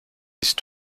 bist